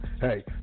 hey